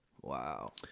wow